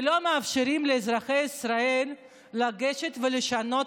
ולא מאפשרים לאזרחי ישראל לגשת ולשנות